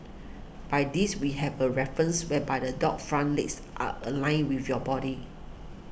by this we have a reference whereby the dog's front legs are aligned with your body